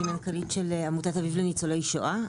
מנכ"לית של עמותת "אביב לניצולי שואה".